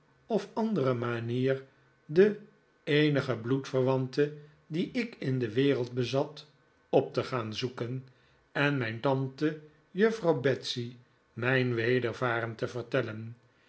of andere manier de eenige bloedverwante die ik in de wereld bezat op te gaan zoeken en mijn tante juffrouw betsey mijn wedervaren te vertellen